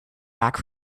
back